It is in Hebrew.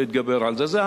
להתגבר על החסם הזה,